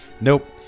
Nope